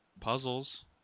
Puzzles